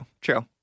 true